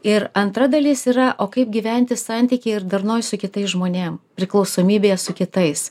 ir antra dalis yra o kaip gyventi santykyje ir darnoj su kitais žmonėm priklausomybėje su kitais